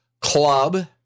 club